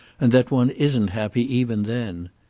and that one isn't happy even then.